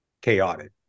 chaotic